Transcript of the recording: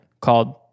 called